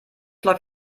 läuft